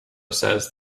says